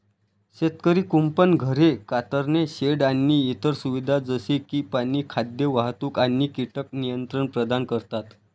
शेतकरी कुंपण, घरे, कातरणे शेड आणि इतर सुविधा जसे की पाणी, खाद्य, वाहतूक आणि कीटक नियंत्रण प्रदान करतात